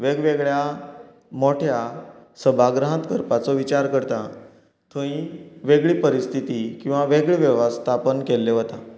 वेगवगेळ्या मोठ्या सभागृहांत करपाचो विचार करता थंय वेगळी परिस्थिती किंवां वेगळें वेवस्थापन केल्लें वता